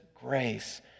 grace